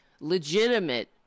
legitimate